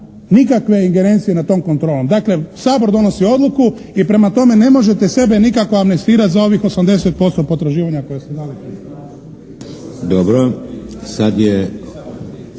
nikakve ingerencije nad tom kontrolom. Dakle, Sabor donosi odluku i prema tome ne možete sebe nikako amnestirati za ovih 80% potraživanja koje ste …